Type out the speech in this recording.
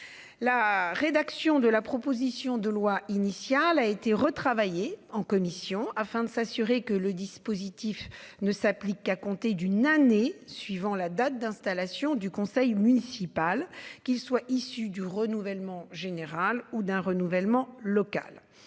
La rédaction de la proposition de loi initial a été retravaillé. En commission afin de s'assurer que le dispositif ne s'applique qu'à compter d'une année suivant la date d'installation du conseil municipal, qu'ils soient issus du renouvellement général ou d'un renouvellement local